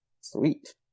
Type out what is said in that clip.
sweet